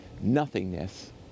nothingness